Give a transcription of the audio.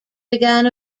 began